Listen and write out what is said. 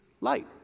light